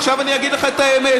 עכשיו אני אגיד לך את האמת.